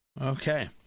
Okay